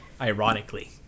Ironically